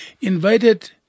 Invited